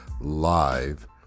live